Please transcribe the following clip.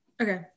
okay